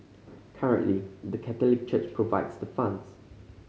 currently the Catholic Church provides the funds